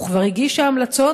וכבר הגישה המלצות,